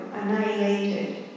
annihilated